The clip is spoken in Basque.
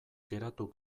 geratu